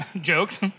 jokes